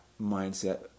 mindset